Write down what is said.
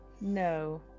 No